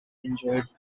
enjoyed